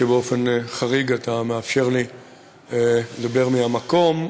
שבאופן חריג אתה מאפשר לי לדבר מהמקום.